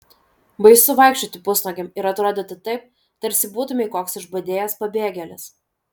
baisu vaikščioti pusnuogiam ir atrodyti taip tarsi būtumei koks išbadėjęs pabėgėlis